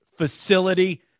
facility